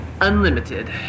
Unlimited